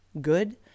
good